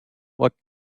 what